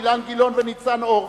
אילן גילאון וניצן הורוביץ,